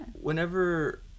whenever